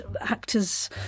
actors